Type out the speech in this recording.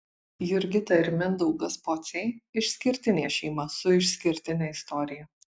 jurgita ir mindaugas pociai išskirtinė šeima su išskirtine istorija